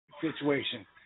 situation